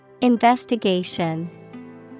Investigation